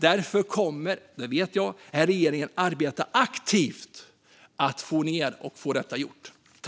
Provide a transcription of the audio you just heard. Jag vet att den här regeringen kommer att arbeta aktivt för att få detta gjort.